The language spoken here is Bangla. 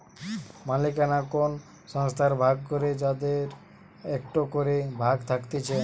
মালিকানা কোন সংস্থার ভাগ করে যাদের একটো করে ভাগ থাকতিছে